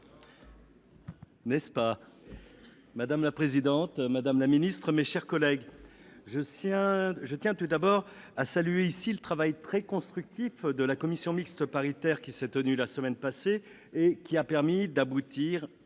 Madame la présidente, madame la ministre, mes chers collègues, je tiens tout d'abord à saluer ici le travail très constructif de la commission mixte paritaire qui s'est tenue la semaine passée. Il a permis d'aboutir à un